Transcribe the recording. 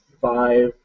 five